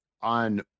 on